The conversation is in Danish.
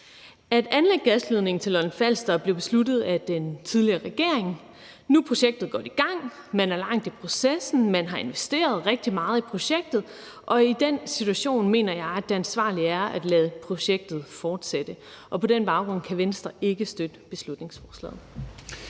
At anlægge gasledningen til Lolland-Falster blev besluttet af den tidligere regering. Nu er projektet godt i gang. Man er langt i processen, og man har investeret rigtig meget i projektet. I den situation mener jeg det ansvarlige er at lade projektet fortsætte, og på den baggrund kan Venstre ikke støtte beslutningsforslaget.